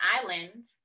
island